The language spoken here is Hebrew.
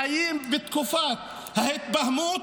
אנחנו חיים בתקופת ההתבהמות,